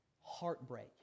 Heartbreak